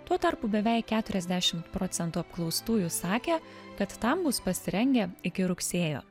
tuo tarpu beveik keturiasdešimt procentų apklaustųjų sakė kad tam bus pasirengę iki rugsėjo